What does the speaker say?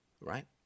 right